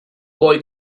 boy